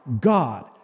God